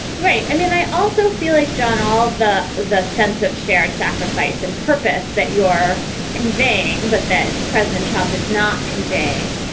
right i mean, i also feel like, john, ah of the the sense of shared sacrifice and purpose that you are conveying, but that president trump is not conveying.